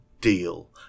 deal